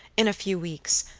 in a few weeks,